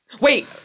Wait